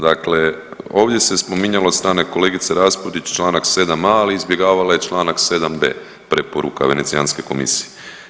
Dakle, ovdje se spominjalo od strane kolegice Raspudić Članak 7a., ali izbjegavala je Članak 7b. preporuka Venecijanske komisije.